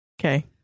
okay